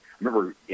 remember